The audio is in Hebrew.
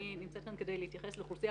אני נמצאת כאן כדי להתייחס לאוכלוסייה